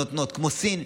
כמו סין,